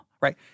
right